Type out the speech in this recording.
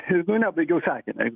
nu nebaigiau sakinio